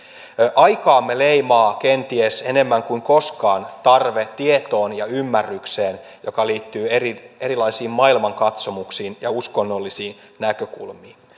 aikaamme leimaa kenties enemmän kuin koskaan tarve tietoon ja ymmärrykseen joka liittyy erilaisiin maailmankatsomuksiin ja uskonnollisiin näkökulmiin